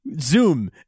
zoom